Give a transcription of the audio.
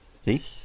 See